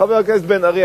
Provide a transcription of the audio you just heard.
חבר הכנסת בן-ארי,